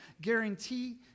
guarantee